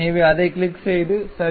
எனவே அதைக் கிளிக் செய்து சரி